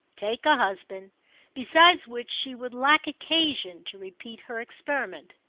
take a husband besides which she would lack occasion to repeat her experiment.